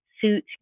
Suit